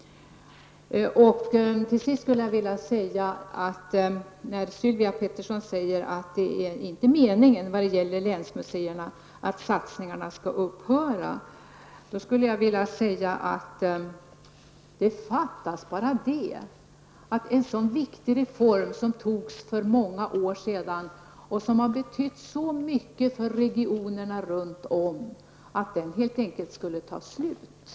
Sylvia Pettersson säger att det inte är mening att satsningarna på länsmuseerna skall upphöra. Nej, det skulle bara fattas att denna viktiga verksamhet som vi fattade beslut om för många år sedan och som har betytt så mycket för de olika regionerna helt enkelt skulle upphöra.